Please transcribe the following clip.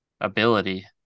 ability